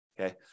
okay